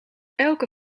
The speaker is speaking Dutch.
elke